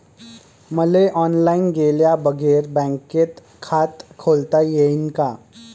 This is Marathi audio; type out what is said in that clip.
मले ऑनलाईन गेल्या बगर बँकेत खात खोलता येईन का?